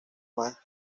más